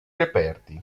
reperti